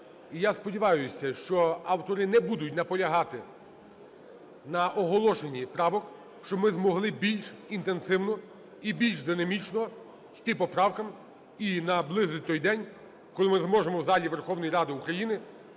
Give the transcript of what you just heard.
я сподіваюсь, що автори не будуть наполягати на оголошенні правок, щоб ми змогли більш інтенсивно і більш динамічно йти по поправкам і наблизити той день, коли ми зможемо в залі Верховної Ради України